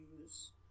use